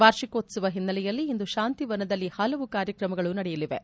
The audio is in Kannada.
ವಾರ್ಷಿಕೋತ್ಸವ ಹಿನ್ನೆಲೆಯಲ್ಲಿ ಇಂದು ಶಾಂತಿವನದಲ್ಲಿ ಹಲವು ಕಾರ್ಯಕ್ರಮಗಳು ನಡೆಯಲಿವೆ